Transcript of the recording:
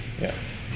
Yes